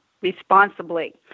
responsibly